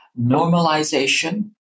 normalization